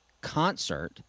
concert